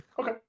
Okay